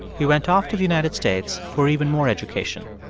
he went off to the united states for even more education.